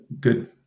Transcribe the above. good